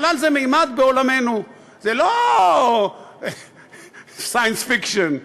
חלל זה ממד בעולמנו, זה לא science fiction,